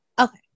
Okay